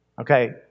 Okay